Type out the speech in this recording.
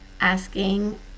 asking